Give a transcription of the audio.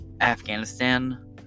Afghanistan